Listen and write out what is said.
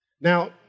Now